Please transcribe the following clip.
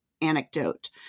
anecdote